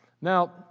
Now